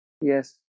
Yes